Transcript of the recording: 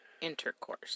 Intercourse